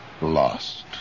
lost